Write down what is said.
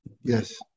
Yes